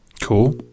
cool